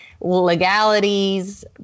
legalities